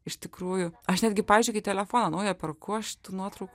iš tikrųjų aš netgi pavyzdžiui kai telefoną naują perku aš tų nuotraukų